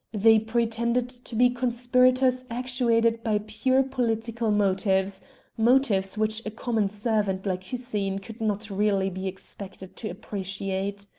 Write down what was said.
they pretended to be conspirators actuated by pure political motives motives which a common servant like hussein could not really be expected to appreciate.